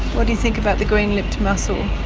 what do you think about the green-lipped mussel?